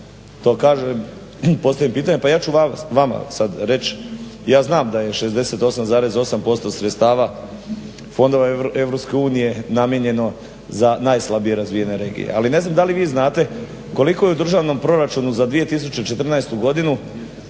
to kažem, postavim pitanje. Pa ja ću vama sada reć, ja znam da je 68,8% sredstava fondova EU namijenjeno za najslabije razvijene regije ali ne znam da li vi znate koliko je u državnom proračunu za 2014. godinu